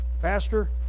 Pastor